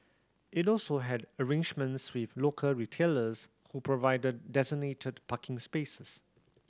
it also had arrangements with local retailers who provided designated parking spaces